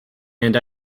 and